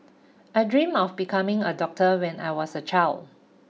I dreamed of becoming a doctor when I was a child